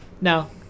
No